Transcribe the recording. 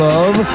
Love